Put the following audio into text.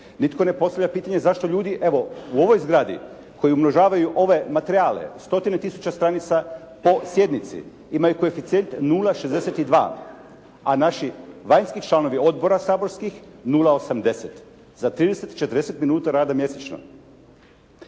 Nitko ne postavlja pitanje zašto ljudi, evo u ovoj zgradi koji umnožavaju ove materijale stotine tisuća stranica po sjednici imaju koeficijent 0,62, a naši vanjski članovi odbora saborskih 0,80 za 30, 40 minuta rada mjesečno.